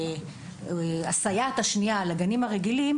הסייעת השנייה לגנים הרגילים,